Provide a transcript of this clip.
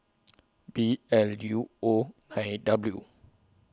B L U O nine W